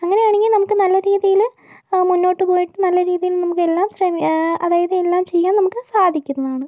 അങ്ങനെയാണെങ്കിൽ നമുക്ക് നല്ല രീതിയിൽ മുന്നോട്ട് പോയിട്ട് നല്ല രീതിയിൽ നമുക്കെല്ലാം അതായത് എല്ലാം ചെയ്യാൻ നമുക്ക് സാധിക്കുന്നതാണ്